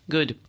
Good